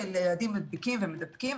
שהילדים נדבקים ומדביקים.